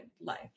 life